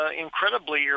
incredibly